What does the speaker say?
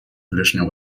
ближнем